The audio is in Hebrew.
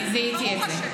זיהיתי את זה.